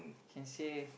can say